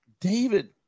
David